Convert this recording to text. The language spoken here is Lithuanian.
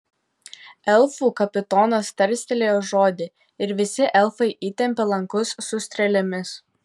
elfų kapitonas tarstelėjo žodį ir visi elfai įtempė lankus su strėlėmis